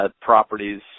Properties